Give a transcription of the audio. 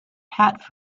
had